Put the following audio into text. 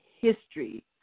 history